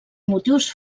motius